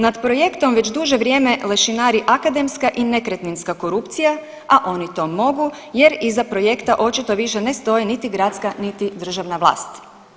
Nad projektom već duže vrijeme lešinari akademska i nekretninska korupcija, a oni to mogu jer iza projekta očito više ne stoje niti gradska, niti državna vlast.